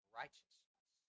righteousness